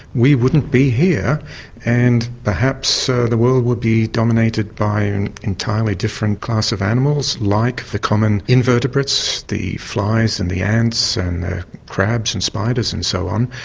we wouldn't be here and perhaps so the world would be dominated by an entirely different class of animals, like the common invertebrates, the flies and the ants and the crabs and spiders and so on.